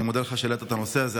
אני מודה לך שהעלית את הנושא הזה.